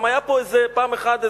גם היה פה פעם איזה אחד,